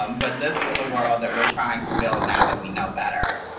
um but this is the world that we're trying to build now that we know better.